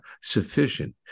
sufficient